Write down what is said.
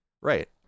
right